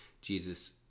Jesus